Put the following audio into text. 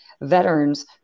veterans